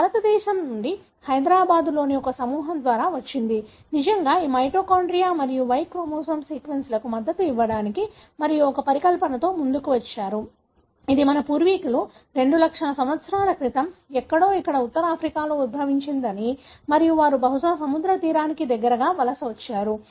భారతదేశం నుండి హైదరాబాదులోని ఒక సమూహం ద్వారా వచ్చింది నిజంగా ఈ మైటోకాండ్రియా మరియు Y క్రోమోజోమ్ సీక్వెన్స్లకు మద్దతు ఇవ్వడానికి మరియు ఒక పరికల్పనతో ముందుకు వచ్చారు ఇది మన పూర్వీకులు 200000 సంవత్సరాల క్రితం ఎక్కడో ఇక్కడ ఉత్తర ఆఫ్రికాలో ఉద్భవించిందని మరియు వారు బహుశా సముద్ర తీరానికి దగ్గరగా వలస వచ్చారు